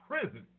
prison